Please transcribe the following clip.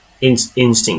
Instinct